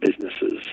businesses